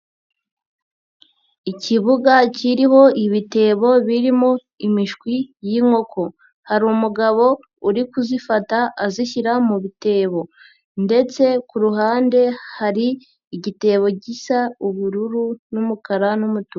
Ikibuga kiriho ibitebo birimo imishwi y'inkoko, hari umugabo uri kuzifata azishyira mu bitebo ndetse ku ruhande hari igitebo gisa ubururu n'umukara n'umutuku.